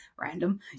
random